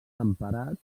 temperat